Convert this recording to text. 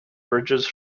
bridges